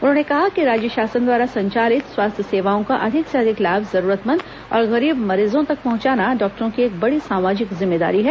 उन्होंने कहा कि राज्य शासन द्वारा संचालित स्वास्थ्य सेवाओं का अधिक से अधिक लाभ जरूरतमंद और गरीब मरीजों तक पहुंचाना डॉक्टरों की एक बड़ी सामाजिक जिम्मेदारी है